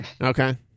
Okay